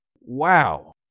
Wow